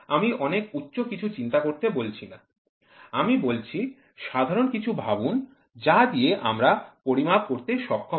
আমি অনেক উচ্চ কিছু চিন্তা করতে বলছি না আমি বলছি সাধারণ কিছু ভাবুন যা দিয়ে আমরা পরিমাপ করতে সক্ষম হই